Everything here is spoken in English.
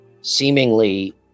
seemingly